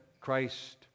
Christ